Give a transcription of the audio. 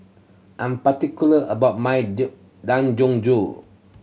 I am particular about my Dangojiru